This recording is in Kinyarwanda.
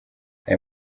aya